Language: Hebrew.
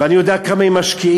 ואני יודע כמה הם משקיעים.